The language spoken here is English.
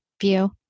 view